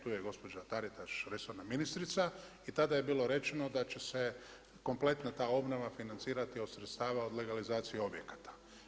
Tu je gospođa Taritaš resorna ministrica i tada je bilo rečeno da će se kompletna ta obnova financirati od sredstava od legalizacije objekata.